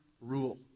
rule